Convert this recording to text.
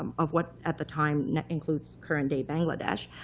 um of what at the time includes current day bangladesh,